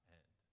end